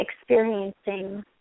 experiencing